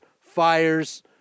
Fires